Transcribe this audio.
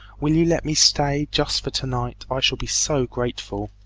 will you let me stay, just for to-night? i shall be so grateful